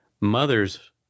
Mothers